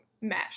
mesh